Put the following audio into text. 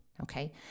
Okay